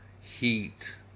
heat